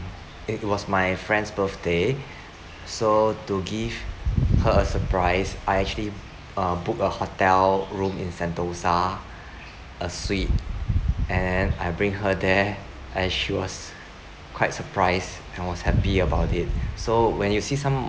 it was my friend's birthday so to give her a surprise I actually uh book a hotel room in sentosa a suite and I bring her there and she was quite surprise and was happy about it so when you see some